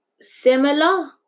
similar